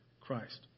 Christ